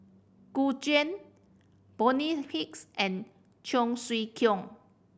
Gu Juan Bonny Hicks and Cheong Siew Keong